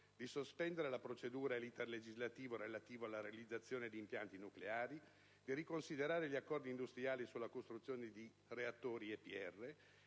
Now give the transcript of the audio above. di sospendere le procedure e l'*iter* legislativo relativo alla realizzazione di impianti nucleari; di riconsiderare gli accordi industriali sulla costruzione di reattori EPR;